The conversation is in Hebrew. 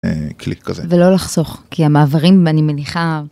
ולא לחסוך כי המעברים אני מניחה.